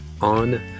on